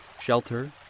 shelter